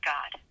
God